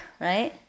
right